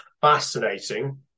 fascinating